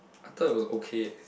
I thought it was okay